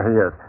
yes